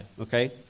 okay